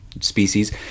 species